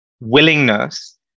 willingness